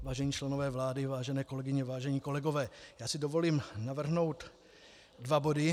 Vážení členové vlády, vážené kolegyně, vážení kolegové, já si dovolím navrhnout dva body.